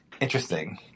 Interesting